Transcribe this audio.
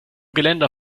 geländer